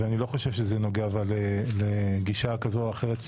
אבל אני לא חושב שזה נוגע לגישה כזאת או אחרת.